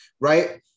Right